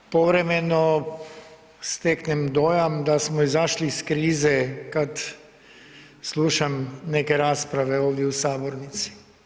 Povremeno steknem dojam da smo izašli iz krize kad slušam neke rasprave ovdje u sabornici.